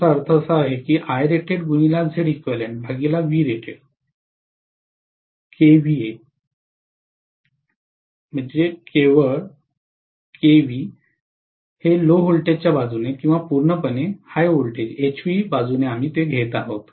तर आमचा अर्थ असा आहे की केव LV बाजूने किंवा पूर्णपणे HV बाजूने घेत आहे